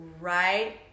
right